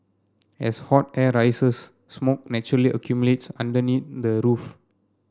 as hot air rises smoke naturally accumulates underneath the roof